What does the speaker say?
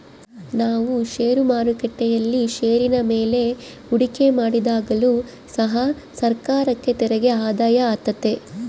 ನಾವು ಷೇರು ಮಾರುಕಟ್ಟೆಯಲ್ಲಿ ಷೇರಿನ ಮೇಲೆ ಹೂಡಿಕೆ ಮಾಡಿದಾಗಲು ಸಹ ಸರ್ಕಾರಕ್ಕೆ ತೆರಿಗೆ ಆದಾಯ ಆತೆತೆ